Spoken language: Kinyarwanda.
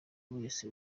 wese